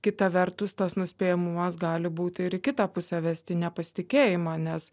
kita vertus tas nuspėjamumas gali būti ir į kitą pusę vesti į nepasitikėjimą nes